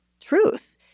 truth